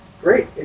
great